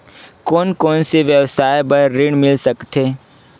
कोन कोन से व्यवसाय बर ऋण मिल सकथे?